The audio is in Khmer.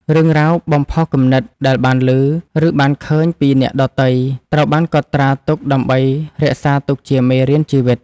រឿងរ៉ាវបំផុសគំនិតដែលបានឮ ឬបានឃើញពីអ្នកដទៃ ត្រូវបានកត់ត្រាទុកដើម្បីរក្សាទុកជាមេរៀនជីវិត។